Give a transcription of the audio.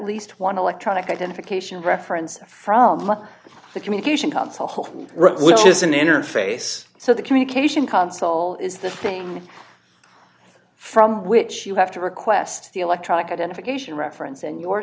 least one electronic identification reference from the communication console hole which is an interface so the communication console is the thing from which you have to request the electronic identification reference and your